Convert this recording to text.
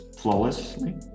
flawlessly